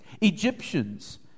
Egyptians